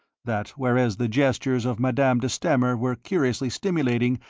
that whereas the gestures of madame de stamer were curiously stimulating,